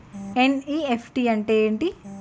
NEFT అంటే ఎంటి?